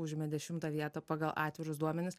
užėmė dešimtą vietą pagal atvirus duomenis